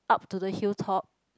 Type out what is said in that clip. up to the hill top